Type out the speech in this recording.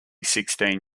sixteen